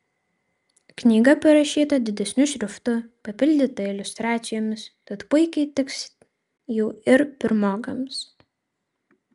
knyga parašyta didesniu šriftu papildyta iliustracijomis tad puikiai tiks jau ir pirmokams